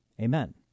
amen